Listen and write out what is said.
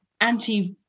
anti